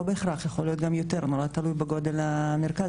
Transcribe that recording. לא בהכרח, יכול להיות גם יותר, תלוי בגודל המרכז.